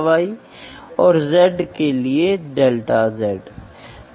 तो मूल रूप से यह कहता है कि तर्क आप लागू करते हैं और फिर आप करते हैं